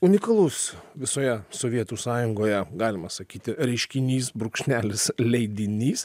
unikalus visoje sovietų sąjungoje galima sakyti reiškinys brūkšnelis leidinys